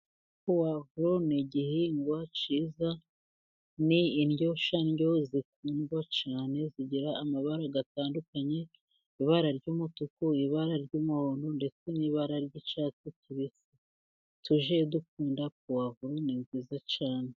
Puwavuro ni igihingwa cyiza, ni indyoshya ndyo, ikundwa cyane zigira amabara atandukanye, ibara ry'umutuku, ibara ry'umuhondo, ndetse n'ibara ry'icatsi, tujye dukunda puwavuro ni nziza cyane.